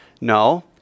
No